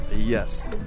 Yes